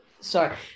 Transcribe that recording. sorry